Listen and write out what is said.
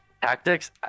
Tactics